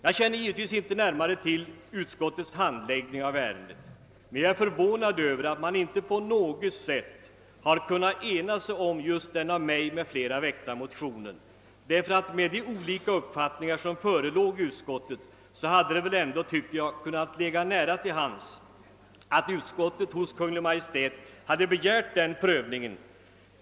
Jag känner givetvis inte närmare till utskottets handläggning av ärendet, men jag är förvånad över att man inte på något sätt har kunnat ena sig om den av mig m.fl. väckta motionen. Med de olika uppfattningar som förelåg i utskottet hade det väl ändå, tycker jag, kunnat ligga nära till hands att utskottet föreslagit att riksdagen hos Kungl. Maj:t skulle begära den prövningen.